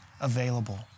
available